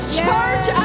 church